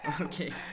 Okay